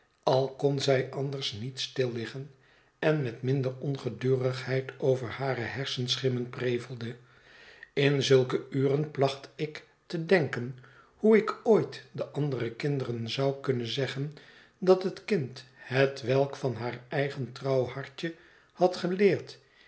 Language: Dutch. al kon zij anders niet stil liggen en met minder ongedurigheid over hare hersenschimmen prevelde in zulke uren placht ik te denken hoe ik ooit de andere kinderen zou kunnen zeggen dat het kind hetwelk van haar eigen trouw hartje had geleerd